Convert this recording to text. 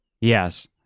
Yes